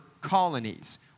colonies